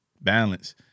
Balance